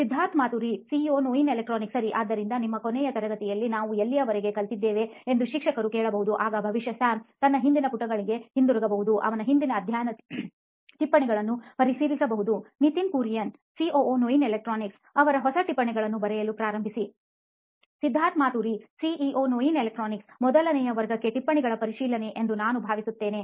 Siddharth Mathuri CEO Noyin Electronics ಸರಿ ಆದ್ದರಿಂದ ನಮ್ಮ ಕೊನೆಯ ತರಗತಿಯಲ್ಲಿ ನಾವು ಎಲ್ಲಿಯವರಿಗೆ ಕಲಿತ್ತಿದ್ದೆವು ಎಂದು ಶಿಕ್ಷಕರು ಕೇಳಬಹುದು ಆಗ ಬಹುಶಃ ಸ್ಯಾಮ್ ತನ್ನ ಹಿಂದಿನ ಪುಟಗಳಿಗೆ ಹಿಂತಿರುಗಬಹುದು ಅವನ ಹಿಂದಿನ ಅಧ್ಯಾಯದ ಟಿಪ್ಪಣಿಗಳನ್ನು ಪರಿಶೀಲಿಸಬಹುದು ನಿತಿನ್ ಕುರಿಯನ್ ಸಿಒಒ ನೋಯಿನ್ ಎಲೆಕ್ಟ್ರಾನಿಕ್ಸ್ಅವರ ಹೊಸ ಟಿಪ್ಪಣಿಗಳನ್ನು ಬರೆಯಲು ಪ್ರಾರಂಭಿಸಿ ಸಿದ್ಧಾರ್ಥ್ ಮಾತುರಿ ಸಿಇಒ ನೋಯಿನ್ ಎಲೆಕ್ಟ್ರಾನಿಕ್ಸ್ಮೊದಲಿನ ವರ್ಗದ ಟಿಪ್ಪಣಿಗಳ ಪರಿಶೀಲನೆ ಎಂದು ನಾನು ಭಾವಿಸುತ್ತೇನೆ